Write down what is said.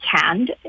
canned